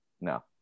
No